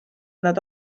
nad